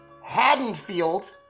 Haddonfield